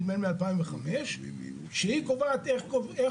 וכל השאר זה בסדר, זה עובר.